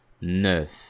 neuf